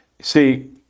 see